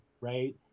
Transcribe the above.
right